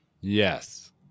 Yes